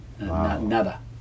Nada